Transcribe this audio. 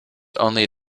only